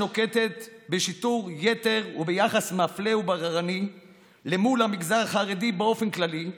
שנוקטת שיטור יתר ויחס מפלה ובררני למול המגזר החרדי באופן כללי,